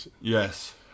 Yes